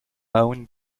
mount